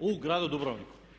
u gradu Dubrovniku.